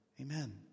Amen